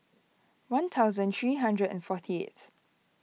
one thousand three hundred and forty eighth